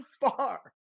far